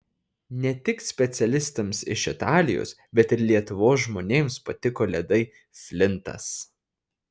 ne tik specialistams iš italijos bet ir lietuvos žmonėms patiko ledai flintas